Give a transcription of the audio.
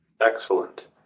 Excellent